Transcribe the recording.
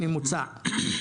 בממוצע.